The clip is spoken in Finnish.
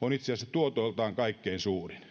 on itse asiassa tuotoiltaan kaikkein suurin